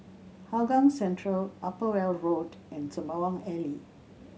Hougang Central Upper Weld Road and Sembawang Alley